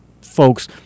folks